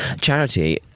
Charity